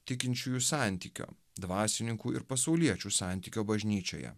tikinčiųjų santykio dvasininkų ir pasauliečių santykio bažnyčioje